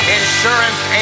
insurance